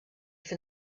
for